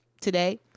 today